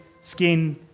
skin